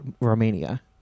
romania